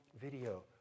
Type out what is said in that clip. video